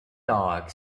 dog